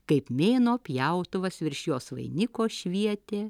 kaip mėnuo pjautuvas virš jos vainiko švietė